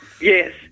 Yes